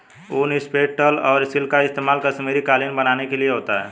ऊन, स्टेपल और सिल्क का इस्तेमाल कश्मीरी कालीन बनाने के लिए होता है